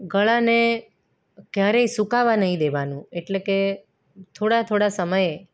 ગળાને ક્યારેય સુકાવા નહીં દેવાનું એટલે કે થોડા થોડા સમયે